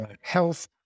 health